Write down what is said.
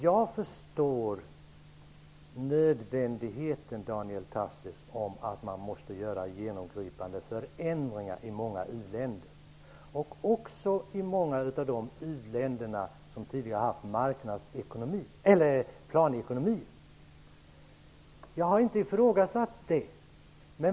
Jag förstår nödvändigheten av att man måste göra genomgripande förändringar i många u-länder, även i många av de u-länder som tidigare har haft planekonomi. Jag har inte ifrågasatt det.